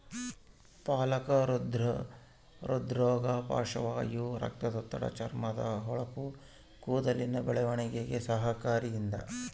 ಪಾಲಕ ಹೃದ್ರೋಗ ಪಾರ್ಶ್ವವಾಯು ರಕ್ತದೊತ್ತಡ ಚರ್ಮದ ಹೊಳಪು ಕೂದಲಿನ ಬೆಳವಣಿಗೆಗೆ ಸಹಕಾರಿ ಇದ